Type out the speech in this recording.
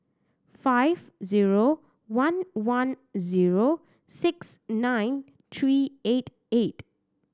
five zero one one zero six nine three eight eight